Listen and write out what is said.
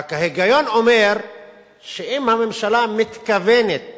רק ההיגיון אומר שאם הממשלה מתכוונת